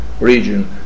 region